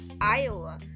Iowa